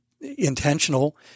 intentional